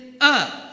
up